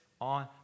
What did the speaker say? on